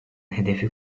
hedefi